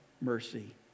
mercy